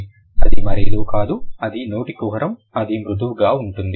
అది మరేదో కాదు అది నోటి కుహరం అది మృదువుగా ఉంటుంది